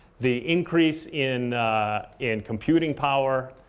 the increase in in computing power,